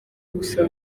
gusa